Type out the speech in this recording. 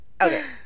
Okay